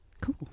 Cool